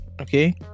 okay